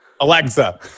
Alexa